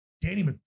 Danny